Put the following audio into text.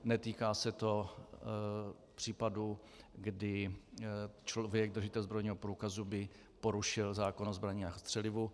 Netýká se to případu, kdy by člověk, držitel zbrojního průkazu, porušil zákon o zbraních a střelivu.